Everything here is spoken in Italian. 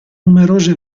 numerose